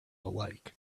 alike